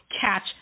catch